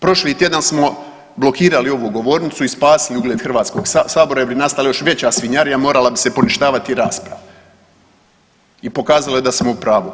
Prošli tjedan smo blokirali ovu govornicu i spasili ugled HS-a jer bi nastala još veća svinjarija, morala bi se poništavati rasprava, i pokazalo je da smo u pravu.